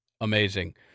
amazing